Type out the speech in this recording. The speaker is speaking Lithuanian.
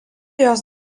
jos